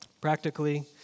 Practically